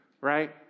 right